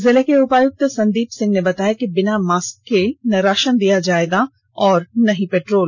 जिले के उपायुक्त संदीप सिंह ने बताया कि बिना मास्क के न राषन दिया जायेगा और न ही पेट्रोल